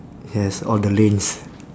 yes all the lanes